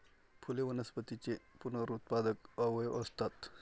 फुले वनस्पतींचे पुनरुत्पादक अवयव असतात